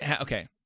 Okay